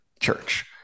church